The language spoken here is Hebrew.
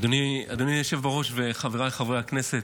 אדוני היושב-ראש וחבריי חברי הכנסת,